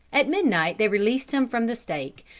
at midnight they released him from the stake,